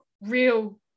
real